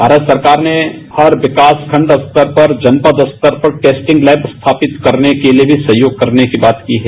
भारत सरकार ने हर विकास खण्ड स्तर पर जनपद स्तर पर टेस्टिंग लेब स्थापित करने के लिए भी सहयोग करने की बात की है